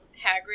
Hagrid